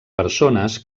persones